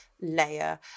layer